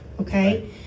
okay